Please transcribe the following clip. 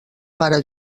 pare